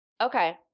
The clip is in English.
Okay